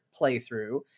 playthrough